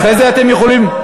אחרי זה אתם יכולים.